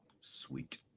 Sweet